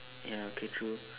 ya okay true